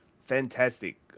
fantastic